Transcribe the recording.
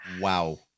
Wow